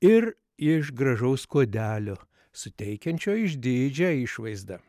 ir iš gražaus kuodelio suteikiančio išdidžią išvaizdą